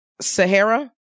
Sahara